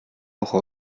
woche